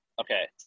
okay